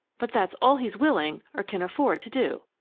but that's all he's willing or can afford to do.